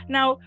Now